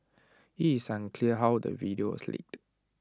IT is unclear how the video was leaked